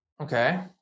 okay